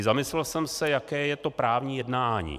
Zamyslel jsem se, jaké je to právní jednání.